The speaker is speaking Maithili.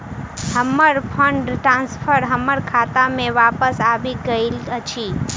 हमर फंड ट्रांसफर हमर खाता मे बापस आबि गइल अछि